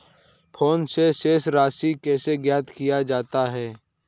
Phone से शेष राशि कैसे ज्ञात किया जाता है?